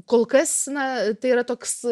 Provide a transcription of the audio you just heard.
kol kas na tai yra toks